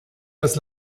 das